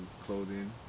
clothing